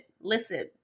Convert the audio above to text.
listen